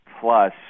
Plus